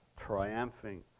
triumphing